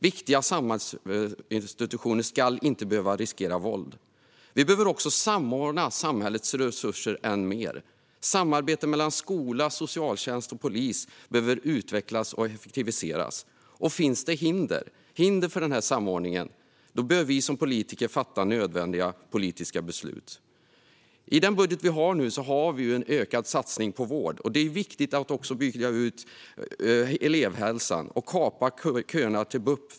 Viktiga samhällsinstitutioner ska inte behöva riskera att utsättas för våld. Vi behöver också samordna samhällets resurser än mer. Samarbete mellan skola, socialtjänst och polis behöver utvecklas och effektiviseras. Om det finns hinder för den samordningen bör vi som politiker fatta nödvändiga politiska beslut. I den budget som gäller nu har vi med en ökad satsning på vård. Det är viktigt att också bygga ut elevhälsan och kapa köerna till BUP.